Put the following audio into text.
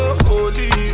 holy